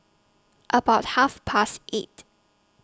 about Half Past eight